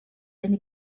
eine